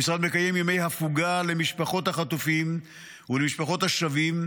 במשרד מקיימים ימי הפוגה למשפחות החטופים ולמשפחות השבים,